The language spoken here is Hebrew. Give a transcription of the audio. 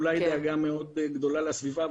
אולי דאגה מאוד גדולה לסביבה,